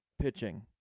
pitching